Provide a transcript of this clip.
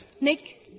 Nick